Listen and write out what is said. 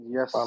Yes